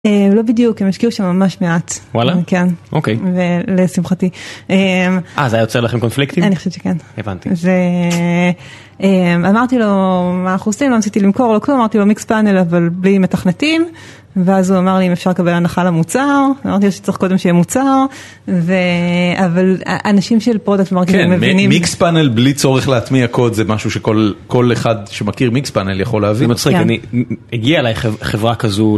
לא בדיוק, הם השקיעו שם ממש מעט. וואלה. כן. אוקיי. ולשמחתי. אה, זה היה יוצר לכם קונפליקטים? אני חושבת שכן. הבנתי. זה, אמרתי לו מה אנחנו עושים, לא ניסיתי למכור לא כלום, אמרתי לו מיקס פאנל, אבל בלי מתכנתים, ואז הוא אמר לי אם אפשר לקבל הנחה למוצר, אמרתי לו שצריך קודם שיהיה מוצר, אבל אנשים של פרודקט מרכיבים מבינים. מיקס פאנל בלי צורך להטמיע קוד זה משהו שכל אחד שמכיר מיקס פאנל יכול להביא. זה מצחיק, אני, הגיעה אליי חברה כזו.